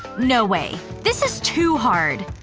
no way, this is too hard.